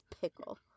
pickle